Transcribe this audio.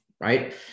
right